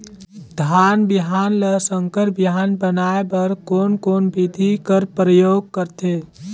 धान बिहान ल संकर बिहान बनाय बर कोन कोन बिधी कर प्रयोग करथे?